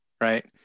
right